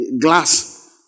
Glass